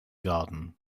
garden